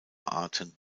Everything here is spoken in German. arten